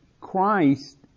Christ